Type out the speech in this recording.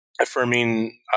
affirming